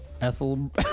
Ethel